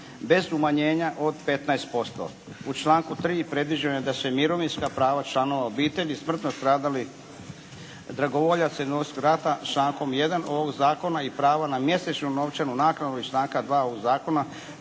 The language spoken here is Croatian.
bez umanjenja od 15%. U članku 3. predviđeno je da se mirovinska prava članova obitelji smrtno stradalih dragovoljaca iz Domovinskog rata člankom 1. ovog Zakona i prava na mjesečnu novčanu naknadu iz članka 2. ovog Zakona